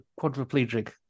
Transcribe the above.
quadriplegic